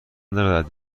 دارد